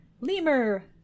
Lemur